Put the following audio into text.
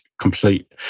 complete